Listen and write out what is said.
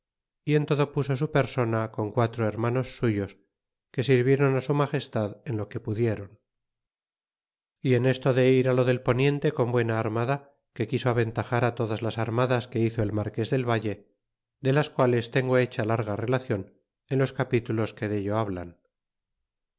y en todo puso su persona con quatro hermanos suyos que sirvieron su magestad en lo que pudieron y en esto de ir lo del pordente con buena armada se quiso aventajar todas las armadas que hizo el marqués del valle de las quales tengo hecha larga relacion en los capítulos que dello hablan